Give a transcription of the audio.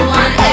one